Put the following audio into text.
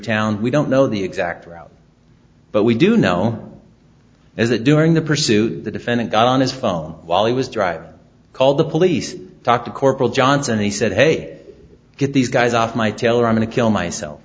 town we don't know the exact route but we do know is that during the pursuit the defendant got on his phone while he was driving called the police talked to corporal johnson he said hey get these guys off my tail or i'm going to kill myself